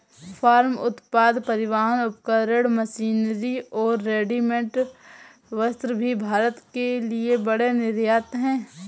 farm उत्पाद, परिवहन उपकरण, मशीनरी और रेडीमेड वस्त्र भी भारत के लिए बड़े निर्यात हैं